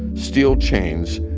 steel chains,